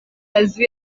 kazi